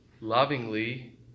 lovingly